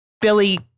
Billy